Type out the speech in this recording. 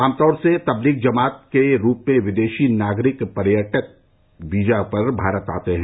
आमतौर से तबलीग जमात के रूप में विदेशी नागरिक पर्यटन वीजा पर भारत आते हैं